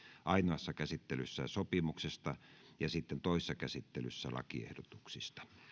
ainoassa käsittelyssä sopimuksesta ja sitten toisessa käsittelyssä lakiehdotuksista